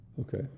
Okay